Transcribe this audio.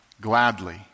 gladly